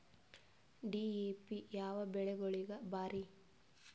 DAP ಯಾವ ಬೆಳಿಗೊಳಿಗ ಭಾರಿ?